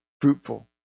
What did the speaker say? fruitful